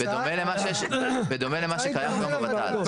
בדומה למה שקיים כבר בות"ל.